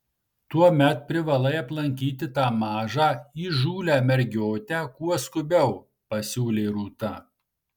tuomet privalai aplankyti tą mažą įžūlią mergiotę kuo skubiau pasiūlė rūta